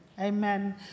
Amen